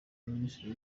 minisitiri